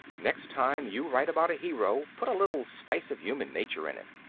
next time you write about a hero put a little spice of human nature in him.